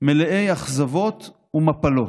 מלאי אכזבות ומפלות.